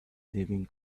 living